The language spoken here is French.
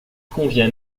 convient